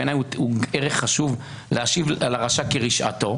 בעיניי זה ערך חשוב להשיב לרשע כרשעתו,